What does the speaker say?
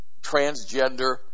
transgender